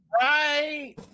right